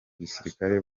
gisirikare